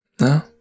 No